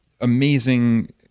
amazing